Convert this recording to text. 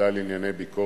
אדוני מבקר